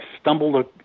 stumbled